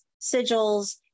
sigils